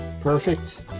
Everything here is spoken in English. Perfect